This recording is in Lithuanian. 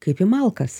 kaip į malkas